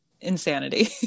insanity